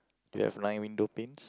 do you have nine window panes